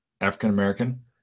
African-American